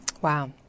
Wow